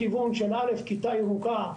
על איזה שתי מועצות מדובר על פי משרד